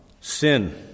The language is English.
sin